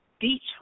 Beach